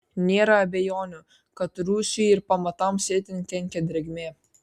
nėra abejonių kad rūsiui ir pamatams itin kenkia drėgmė